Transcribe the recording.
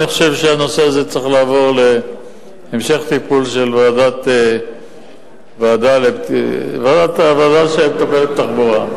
אני חושב שהנושא הזה צריך לעבור להמשך הטיפול של הוועדה שמטפלת בתחבורה.